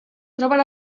troben